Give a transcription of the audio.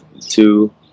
Two